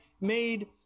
made